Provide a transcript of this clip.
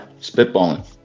Spitballing